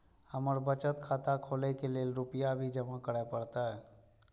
हमर बचत खाता खोले के लेल रूपया भी जमा करे परते?